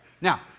Now